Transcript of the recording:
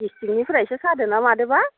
गेस्टिकनिफ्रायसो सादों ना मादों बा